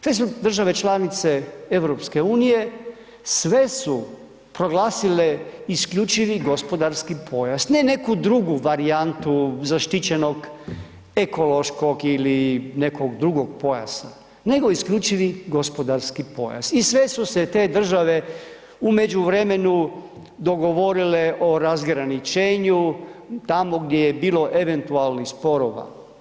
Te su države članice EU, sve su proglasile isključivi gospodarski pojas, ne neku drugu varijantu zaštićenog ekološkog ili nekog drugog pojasa nego isključivi gospodarski pojas i sve su se te države u međuvremenu dogovorile o razgraničenju tamo gdje je bilo eventualnih sporova.